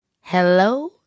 Hello